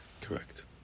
Correct